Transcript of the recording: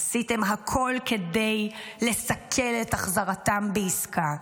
עשיתם הכול כדי לסכל את החזרתם בעסקה,